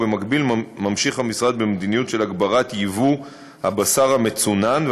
ובמקביל ממשיך במדיניות של הגברת ייבוא הבשר המצונן,